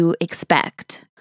expect